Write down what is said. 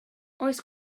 oes